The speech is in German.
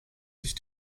sich